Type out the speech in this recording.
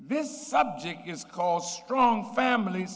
this subject is called strong famil